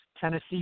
Tennessee